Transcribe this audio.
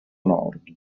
nord